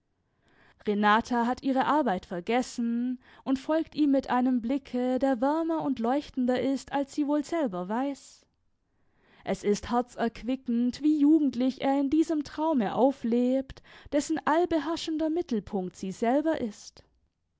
renata hat ihre arbeit vergessen und folgt ihm mit einem blicke der wärmer und leuchtender ist als sie wohl selber weiß es ist herzerquickend wie jugendlich er in diesem traume auflebt dessen allbeherrschender mittelpunkt sie selber ist